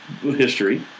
history